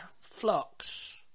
flocks